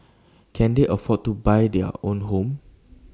can they afford to buy their own home